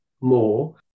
more